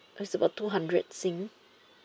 it's about two hundred sing